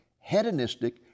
hedonistic